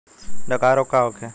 डकहा रोग का होखे?